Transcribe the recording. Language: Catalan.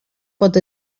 pot